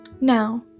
Now